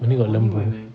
only got lembu